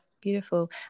Beautiful